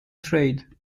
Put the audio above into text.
trade